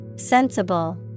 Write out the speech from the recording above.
Sensible